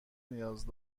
نیاز